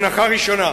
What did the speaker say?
הנחה ראשונה,